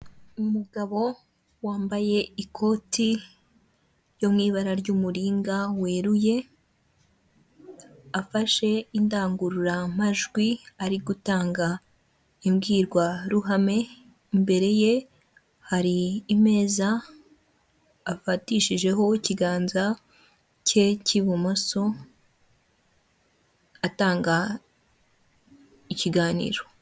Umuhanda nyabagendwa, bigaragara ko harimo imoto n'umumotari uyitwaye, kandi kumpande zaho hakaba harimo inzu zisaza neza cyane zifite amarange y'umweru, kandi imbere yazo hakaba hagiye hari indabo nziza cyane.